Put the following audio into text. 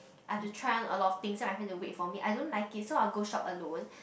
I've to try on a lot of things so my friend have to wait for me I don't like it so I'll go shop alone